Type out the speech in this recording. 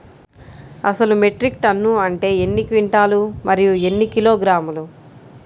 అసలు metric ton అంటే ఎన్ని క్వింటాలు మరియు ఎన్ని కిలోగ్రాములు?